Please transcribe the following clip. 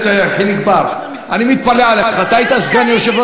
שזה לא על-פי, אתה רוצה שאני אקריא לך את הסעיף?